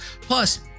plus